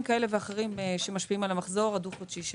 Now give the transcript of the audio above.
כאלה ואחרים שמשפיעים על המחזור הדו-חודשי שלהם.